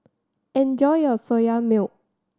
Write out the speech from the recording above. enjoy your Soya Milk